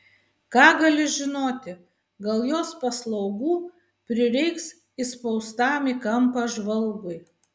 ką gali žinoti gal jos paslaugų prireiks įspaustam į kampą žvalgui